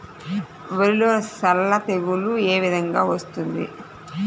వరిలో సల్ల తెగులు ఏ విధంగా వస్తుంది?